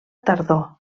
tardor